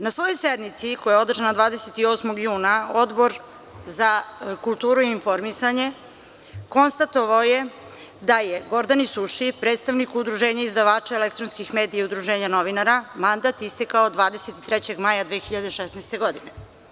Na svojoj sednici, koja je održana 28. juna, Odbor za kulturu i informisanje konstatovao je da je Gordani Suši, predstavniku Udruženja izdavača elektronskih medija i Udruženja novinara, mandat istekao 23. maja 2016. godine.